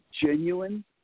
genuine